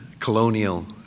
colonial